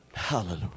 Hallelujah